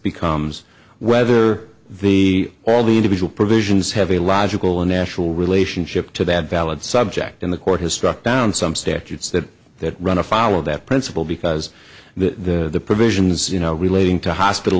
becomes whether the all the individual provisions have a logical and natural relationship to that valid subject in the court has struck down some stairs or it's that that run afoul of that principle because the provisions you know relating to hospital